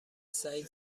سعید